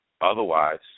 otherwise